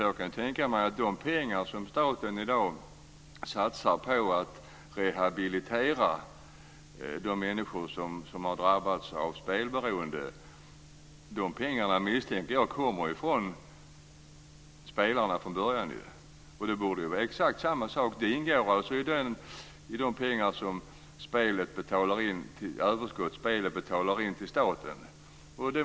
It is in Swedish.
Jag misstänker att de pengar som staten satsar på att rehabilitera människor som har drabbats av spelberoende kommer från spelarna från början. Det borde vara exakt samma sak här. Det ingår i det överskott som spelet betalar in till staten.